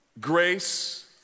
grace